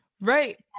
Right